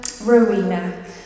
Rowena